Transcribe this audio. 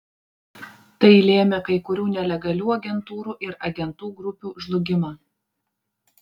tai lėmė kai kurių nelegalių agentūrų ir agentų grupių žlugimą